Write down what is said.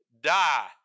Die